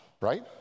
right